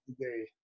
today